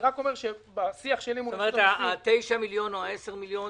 אני רק אומר שבשיח שלי מול רשות המסים --- כלומר ה-9